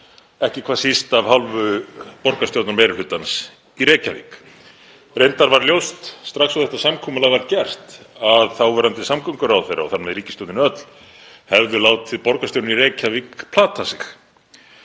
ekki hvað síst af hálfu borgarstjórnarmeirihlutans í Reykjavík. Reyndar var ljóst strax og þetta samkomulag var gert að þáverandi samgönguráðherra og þar með ríkisstjórnin öll hefðu látið borgarstjórann í Reykjavík plata sig.